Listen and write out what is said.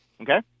Okay